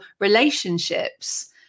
relationships